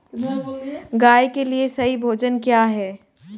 गाय के लिए सही भोजन क्या है?